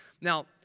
Now